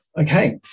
Okay